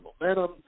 momentum